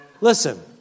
Listen